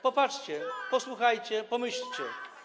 Popatrzcie, posłuchajcie, pomyślcie.